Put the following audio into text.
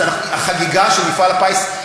אז החגיגה של מפעל הפיס,